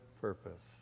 purpose